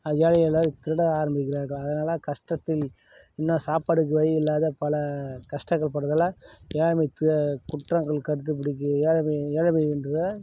அந்த ஏழை எல்லோரும் திருட ஆரம்பிக்கிறார்கள் அதனால் கஷ்டத்தில் ஏன்னால் சாப்பாடு வழில்லாத பல கஷ்டங்கள்படுவதால ஏழை குற்றங்கள் கருதுபடிக்கு ஏழைகள் ஏழைகள் என்ற